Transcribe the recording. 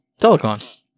Telecon